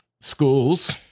schools